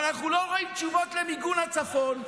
אבל אנחנו לא רואים תשובות למיגון הצפון,